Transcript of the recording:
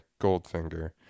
Goldfinger